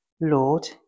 Lord